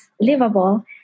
livable